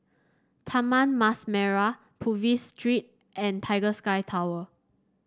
Taman Mas Merah Purvis Street and Tiger Sky Tower